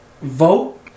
vote